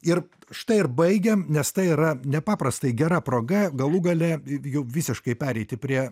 ir štai ir baigiam nes tai yra nepaprastai gera proga galų gale jau visiškai pereiti prie